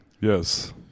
Yes